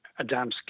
Adamski